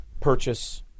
Purchase